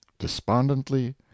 DESPONDENTLY